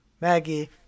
Maggie